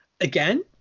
again